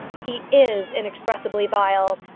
he is inexpressibly vile.